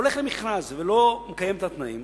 שהולך למכרז ולא מקיים את התנאים,